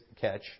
catch